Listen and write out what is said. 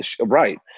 Right